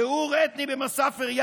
טיהור אתני במסאפר-יטא?